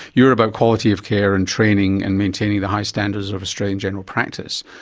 you're about quality of care and training and maintaining the high standards of australian general practice.